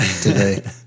today